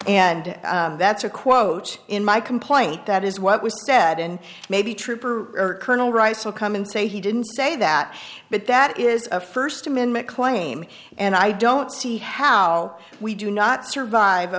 and that's a quote in my complaint that is what was said and maybe trooper colonel rice will come and say he didn't say that but that is a first amendment claim and i don't see how we do not survive a